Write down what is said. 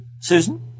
Susan